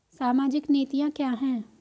सामाजिक नीतियाँ क्या हैं?